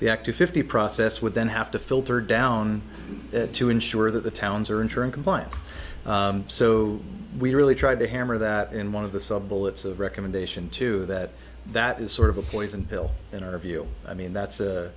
the act of fifty process would then have to filter down to ensure that the towns are in turn compliance so we really tried to hammer that in one of the sub billets of recommendation to that that is sort of a poison pill interview i mean that's